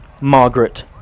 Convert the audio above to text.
Margaret